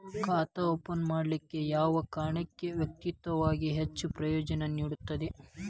ಖಾತಾ ಓಪನ್ ಮಾಡಲಿಕ್ಕೆ ಯಾವ ಕಾರಣ ವೈಯಕ್ತಿಕವಾಗಿ ಹೆಚ್ಚು ಪ್ರಯೋಜನ ನೇಡತದ?